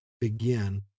begin